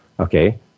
Okay